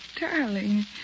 darling